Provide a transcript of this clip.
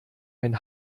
ein